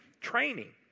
training